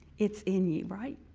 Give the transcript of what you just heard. it's in you, right?